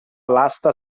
lasta